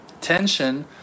tension